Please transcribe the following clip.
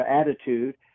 attitude